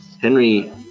Henry